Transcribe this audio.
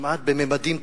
וכמעט בממדים תנ"כיים.